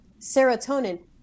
serotonin